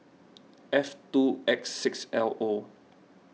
F two X six L O